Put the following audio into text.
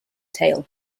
tail